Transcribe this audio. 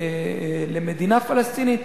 למדינה פלסטינית.